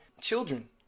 children